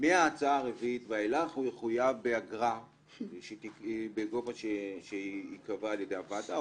מההצעה הרביעית ואילך הוא יחויב באגרה בגובה שייקבע על ידי הוועדה,